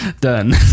Done